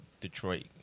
Detroit